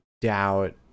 doubt